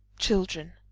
children,